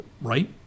right